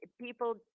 people